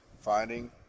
finding